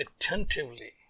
attentively